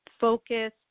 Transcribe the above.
focus